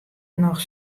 noch